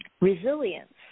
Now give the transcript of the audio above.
resilience